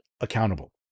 accountable